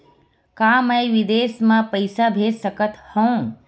का मैं विदेश म पईसा भेज सकत हव?